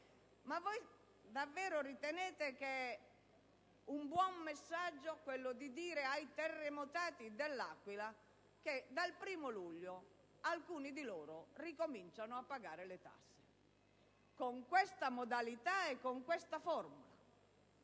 sarà poco - che sia un buon messaggio quello di dire ai terremotati dell'Aquila che dal 1° luglio alcuni di loro ricominceranno a pagare le tasse? Con questa modalità e con questa forma?